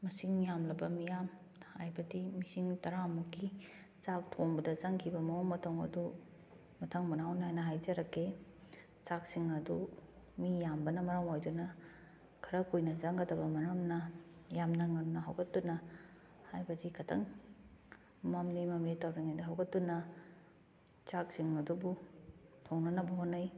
ꯃꯁꯤꯡ ꯌꯥꯝꯂꯕ ꯃꯤꯌꯥꯝ ꯍꯥꯏꯕꯗꯤ ꯃꯤꯁꯤꯡ ꯇꯔꯥꯃꯨꯛꯀꯤ ꯆꯥꯛ ꯊꯣꯡꯕꯗ ꯆꯪꯈꯤꯕ ꯃꯑꯣꯡ ꯃꯇꯧ ꯑꯗꯨ ꯃꯊꯪ ꯃꯅꯥꯎ ꯅꯥꯏꯅ ꯍꯥꯏꯖꯔꯛꯀꯦ ꯆꯥꯛꯁꯤꯡ ꯑꯗꯨ ꯃꯤ ꯌꯥꯝꯕꯅ ꯃꯔꯝ ꯑꯣꯏꯗꯨꯅ ꯈꯔ ꯀꯨꯏꯅ ꯆꯪꯒꯗꯕ ꯃꯔꯝꯅ ꯌꯥꯝꯅ ꯉꯟꯅ ꯍꯧꯒꯠꯇꯨꯅ ꯍꯥꯏꯕꯗꯤ ꯈꯤꯇꯪ ꯃꯝꯂꯤ ꯃꯝꯂꯤ ꯇꯧꯔꯤꯉꯩꯗ ꯍꯧꯒꯠꯇꯨꯅ ꯆꯥꯛꯁꯤꯡ ꯑꯗꯨꯕꯨ ꯊꯣꯡꯅꯅꯕ ꯍꯣꯠꯅꯩ